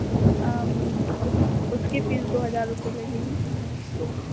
उस उसकी फ़ीस दो हज़ार रुपये लगेगी